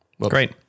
Great